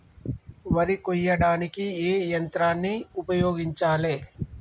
వరి కొయ్యడానికి ఏ యంత్రాన్ని ఉపయోగించాలే?